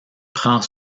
prend